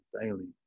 daily